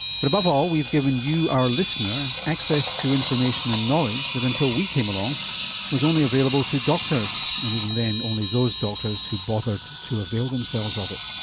but above all we've given you, our listener, access to information and knowledge that until we came along was only available to doctors, and even then only those doctors who bothered to avail themselves of it.